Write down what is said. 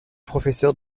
professeur